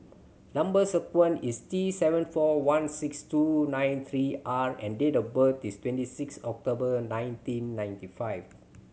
number sequence is T seven four one six two nine three R and date of birth is twenty six October nineteen ninety five